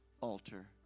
altar